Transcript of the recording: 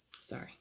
Sorry